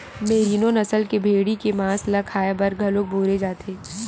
मेरिनों नसल के भेड़ी के मांस ल खाए बर घलो बउरे जाथे